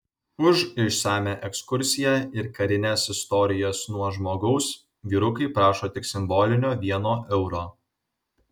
už išsamią ekskursiją ir karines istorijas nuo žmogaus vyrukai prašo tik simbolinio vieno euro